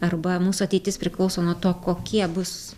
arba mūsų ateitis priklauso nuo to kokie bus